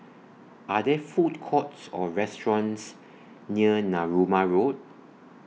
Are There Food Courts Or restaurants near Narooma Road